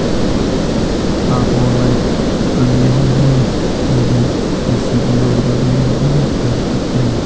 आप ऑनलाइन अन्योन्य निधि की सीधी योजना में निवेश कर सकते हैं